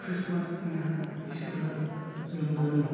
Christmas दिना ईश्वोरा जोनोम जादोंमोन